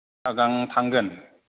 आं थांगोन